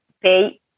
pay